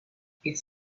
its